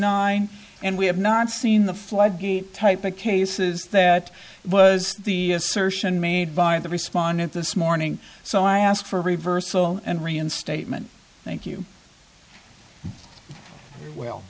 nine and we have not seen the floodgate type of cases that was the assertion made by the respondent this morning so i asked for a reversal and reinstatement thank you well